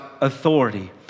authority